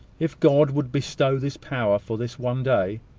if god would bestow this power for this one day,